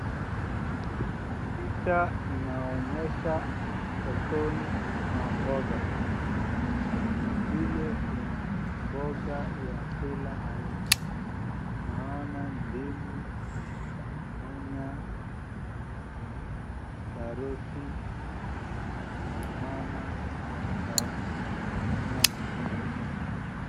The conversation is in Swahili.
Picha inaonyesha sokoni na mboga, vile kuna mboga ya kila aina. Naona ndengu, nyanya, karoti, na mama wa kununua mboga.